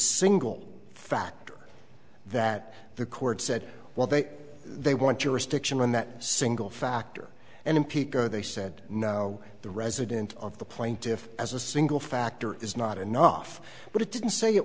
single factor that the court said well they they want to restriction on that single factor and in pico they said no the resident of the plaintiffs as a single factor is not enough but it didn't say it